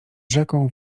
rzeką